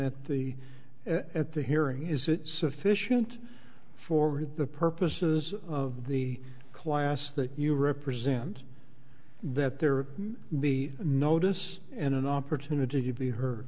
at the at the hearing is it sufficient for the purposes of the class that you represent that there may be notice and an opportunity to be he